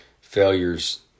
failures